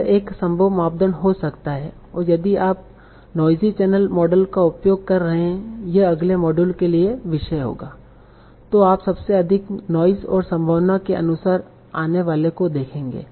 यह एक संभव मानदंड हो सकता है और यदि आप नोइज़ी चैनल मॉडल का उपयोग कर रहे हैं यह अगले मॉड्यूल के लिए विषय होगा तो आप सबसे अधिक नॉइज़ और संभावना के अनुसार आने वाले को देखेंगे